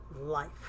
life